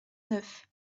neuf